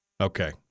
Okay